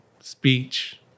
speech